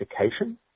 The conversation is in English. Education